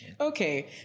okay